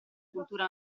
cultura